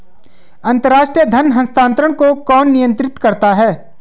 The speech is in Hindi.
अंतर्राष्ट्रीय धन हस्तांतरण को कौन नियंत्रित करता है?